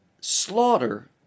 slaughter